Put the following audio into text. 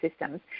systems